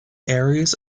areas